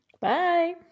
Bye